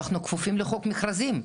אנחנו כפופים לחוק מכרזים.